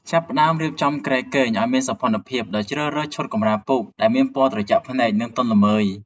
ចាប់ផ្ដើមរៀបចំគ្រែគេងឱ្យមានសោភ័ណភាព ដោយជ្រើសរើសឈុតកម្រាលពូកដែលមានពណ៌ត្រជាក់ភ្នែក និងទន់ល្មើយ។